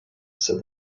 said